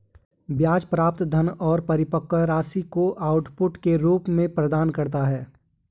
ब्याज प्राप्त धन और परिपक्वता राशि को आउटपुट के रूप में प्रदान करता है